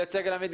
להיות סגל עמית,